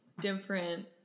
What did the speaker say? different